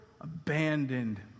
abandoned